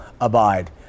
abide